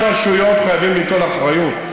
ראשי רשויות חייבים ליטול אחריות.